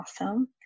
awesome